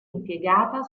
impiegata